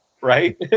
right